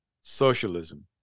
socialism